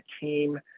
team